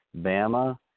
Bama